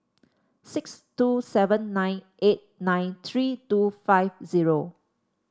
six two seven nine eight nine three two five zero